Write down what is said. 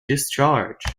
discharge